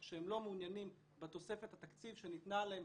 שהם לא מעוניינים בתוספת התקציב שניתנה להם